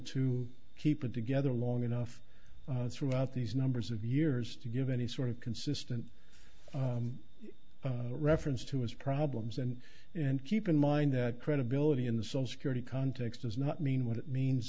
to keep it together long enough throughout these numbers of years to give any sort of consistent reference to his problems and and keep in mind that credibility in the social security context does not mean what it means